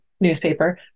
newspaper